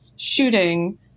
shooting